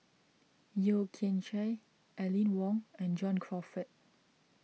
Yeo Kian Chye Aline Wong and John Crawfurd